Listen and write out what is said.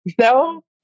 No